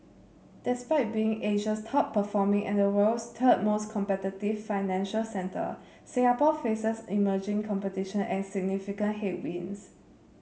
despite being Asia's top performing and the world's third most competitive financial centre Singapore faces emerging competition and significant headwinds